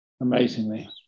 amazingly